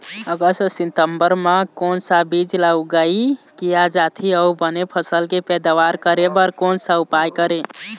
अगस्त सितंबर म कोन सा बीज ला उगाई किया जाथे, अऊ बने फसल के पैदावर करें बर कोन सा उपाय करें?